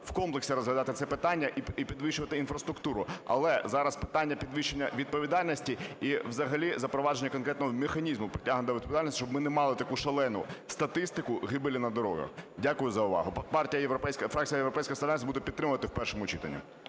в комплексі розглядати це питання і підвищувати інфраструктуру, але зараз питання підвищення відповідальності і взагалі запровадження конкретного механізму притягнення до відповідальності, щоб ми не мали таку шалену статистику гибелі на дорогах. Дякую за увагу. Фракція "Європейська солідарність" буде підтримувати в першому читанні.